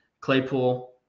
Claypool